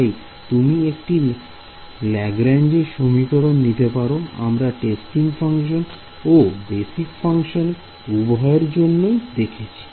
তাই তুমি একটি ল্যাগ্রাঞ্জের সমীকরণLagrange's polynomial নিতে পারো আমরা টেস্টিং ফাংশন ও ফাংশন উভয়ের জন্যই দেখেছি